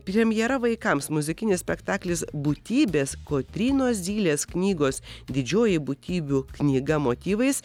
premjera vaikams muzikinis spektaklis būtybės kotrynos zylės knygos didžioji būtybių knyga motyvais